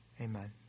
Amen